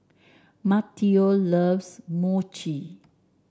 Matteo loves Mochi